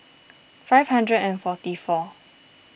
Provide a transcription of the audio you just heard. five hundred and forty four